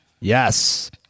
yes